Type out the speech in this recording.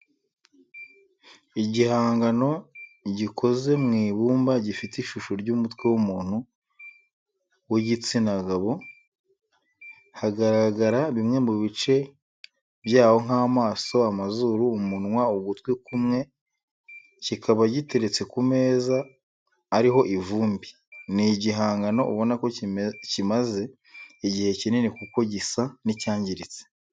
Igihangano gikoze mu ibumba gifite ishusho y'umutwe w'umuntu w'igitsina gabo hagaragara bimwe mu bice byawo nk'amaso amazuru, umunwa ugutwi kumwe kikaba giteretse ku meza ariho ivumbi ni igihangano ubona ko kimaze igihe kinini kuko gisa n'icyangiritse